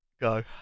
go